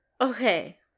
okay